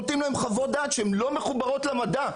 נותנים להם חוות דעת שהן לא מחוברות למדע.